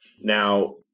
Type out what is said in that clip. Now